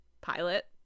pilot